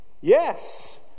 Yes